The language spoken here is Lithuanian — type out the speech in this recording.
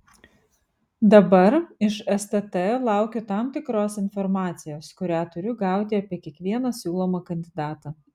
dabar iš stt laukiu tam tikros informacijos kurią turiu gauti apie kiekvieną siūlomą kandidatą